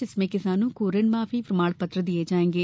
जिसमें किसानों को ऋण माफी प्रमाणपत्र दिये जायेंगे